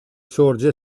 sorge